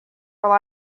rely